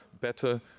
better